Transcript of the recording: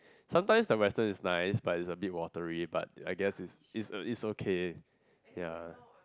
sometimes the western is nice but is a bit watery but I guess is is a is okay ya